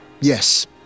yes